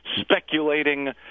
speculating